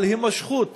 על הימשכות